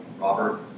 Robert